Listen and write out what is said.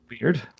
Weird